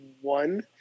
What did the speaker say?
one